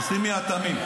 בסדר, אז תשימי אטמים.